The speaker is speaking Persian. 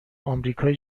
آمریکای